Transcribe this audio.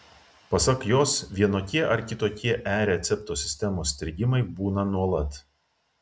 pasak jos vienokie ar kitokie e recepto sistemos strigimai būna nuolat